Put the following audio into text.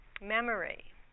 memory